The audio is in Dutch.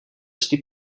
sliep